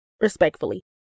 Respectfully